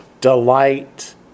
delight